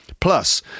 Plus